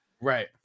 Right